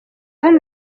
hano